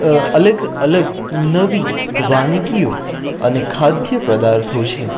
અલગ અલગ નવી વાનગીઓ અને ખાદ્ય પદાર્થો છે